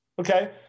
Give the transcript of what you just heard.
okay